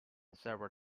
several